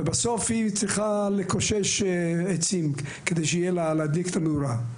ובסוף היא צריכה לקושש עצים כדי שיהיה לה להדליק את המדורה.